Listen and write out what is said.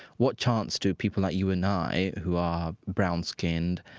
what chance do people like you and i, who are brown-skinned,